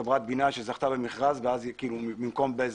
חברת בינה שזכתה במכרז במקום בזק.